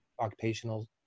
occupational